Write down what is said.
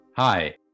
Hi